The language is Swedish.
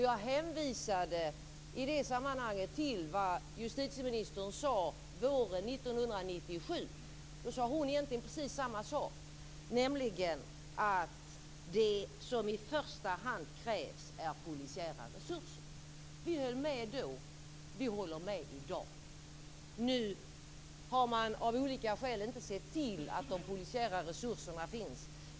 Jag hänvisade i det sammanhanget till vad justitieministern sade våren 1997. Då sade hon egentligen precis samma sak, nämligen att det som i första hand krävs är polisiära resurser. Vi höll med då, och vi håller med i dag. Nu har man av olika skäl inte sett till att de polisiära resurserna finns.